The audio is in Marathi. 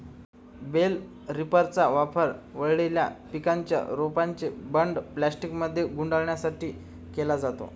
बेल रॅपरचा वापर वाळलेल्या पिकांच्या रोपांचे बंडल प्लास्टिकमध्ये गुंडाळण्यासाठी केला जातो